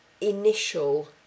initial